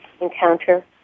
Encounter